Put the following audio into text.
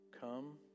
come